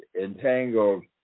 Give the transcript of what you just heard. entangled